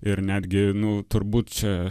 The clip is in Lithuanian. ir netgi nu turbūt čia